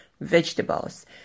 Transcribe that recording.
vegetables